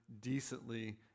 decently